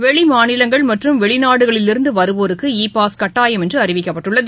வெளி மாநிலங்கள் மற்றும் வெளிநாடுகளில் இருந்து வருவோருக்கு இ பாஸ் கட்டாயம் என்று அறிவிக்கப்பட்டுள்ளது